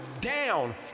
down